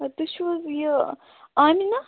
تُہۍ چھُو حظ یہِ آمِنہ